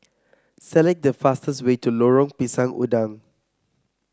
select the fastest way to Lorong Pisang Udang